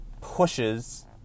pushes